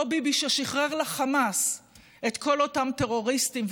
אותו ביבי ששחרר לחמאס את כל אותם טרוריסטים,